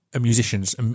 musicians